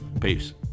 Peace